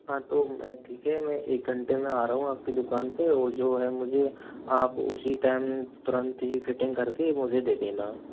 हाँ तो मैं ठीक है मैं एक घंटे मैं आ रहा हूँ आपकी दुकान पर और जो है मुझे आप उसी टाइम तुरंत ही फिटिंग कर के मुझे दे देना